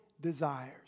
desires